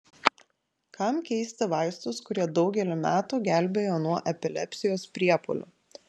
kam keisti vaistus kurie daugelį metų gelbėjo nuo epilepsijos priepuolių